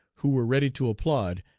who were ready to applaud,